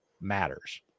matters